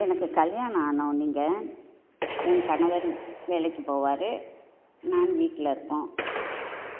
எனக்கு கல்யாணம் ஆனவுடனேங்க என் கணவர் வேலைக்கு போவார் நான் வீட்டில் இருப்போம்